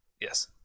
yes